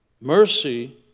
Mercy